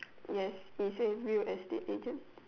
yes it says Bill as the agent